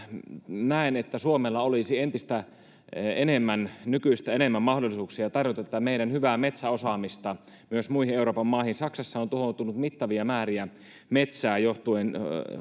näen että suomella olisi entistä enemmän nykyistä enemmän mahdollisuuksia tarjota tätä meidän hyvää metsäosaamista myös muihin euroopan maihin saksassa on tuhoutunut mittavia määriä metsää johtuen